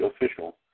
official